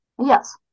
yes